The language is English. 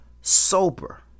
sober